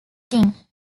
king